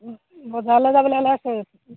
বজাৰলে যাবলে ওলাইছে